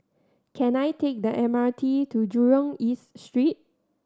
can I take the M R T to Jurong East Street